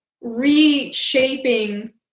reshaping